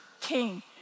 King